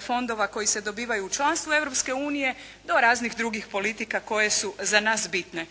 fondova koji se dobivaju u članstvu Europske unije do raznih drugih politika koje su za nas bitne.